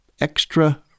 extra